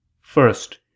First